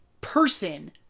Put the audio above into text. person